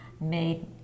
made